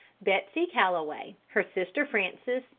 betsey calloway, her sister frances,